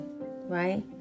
right